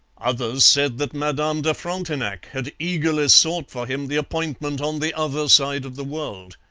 others said that madame de frontenac had eagerly sought for him the appointment on the other side of the world.